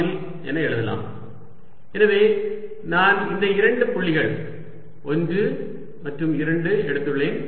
dl V2V1 Vr2 V எனவே நான் இந்த இரண்டு புள்ளிகள் 1 மற்றும் 2 எடுத்துள்ளேன்